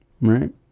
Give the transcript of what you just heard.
right